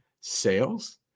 sales